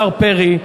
השר פרי,